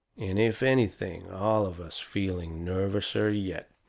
and, if anything, all of us feeling nervouser yet.